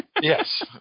Yes